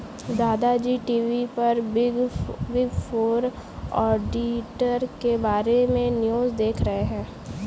दादा जी टी.वी पर बिग फोर ऑडिटर के बारे में न्यूज़ देख रहे थे